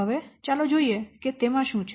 હવે ચાલો જોઈએ કે તેમાં શું છે